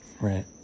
right